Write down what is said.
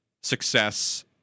success